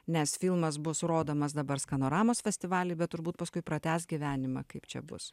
nes filmas bus rodomas dabar skanoramos festivaly bet turbūt paskui pratęs gyvenimą kaip čia bus